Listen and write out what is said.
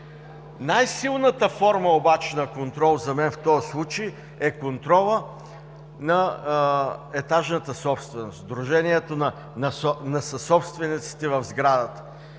Най-силната форма на контрол обаче за мен в този случай е контролът на етажната собственост – сдружението на съсобствениците в сградата.